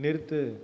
நிறுத்து